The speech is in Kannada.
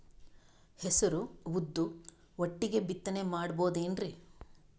ಹೆಸರು ಉದ್ದು ಒಟ್ಟಿಗೆ ಬಿತ್ತನೆ ಮಾಡಬೋದೇನ್ರಿ?